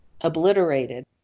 obliterated